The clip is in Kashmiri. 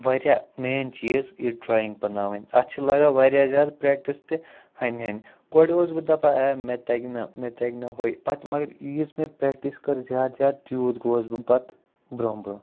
واریاہ مین چیٖز یہِ ڈرایِنٛگ بَناوٕنۍ اَتھ چھِ لگان واریاہ زیادٕ پرٛٮ۪کٹِس تہِ ہَنہِ ہنہِ گۄڈٕ اوسُس بہٕ دَپان مےٚ تَگہِ نہ مےٚ تَگہِ نہ ہُہ یہِ پَتہٕ مگر یِیٖژ مےٚ پرٛیٚکٹِس کٔر زیادٕ زیادٕ تیوٗت گوس بہٕ پَتہٕ برونٛہہ برونٛہہ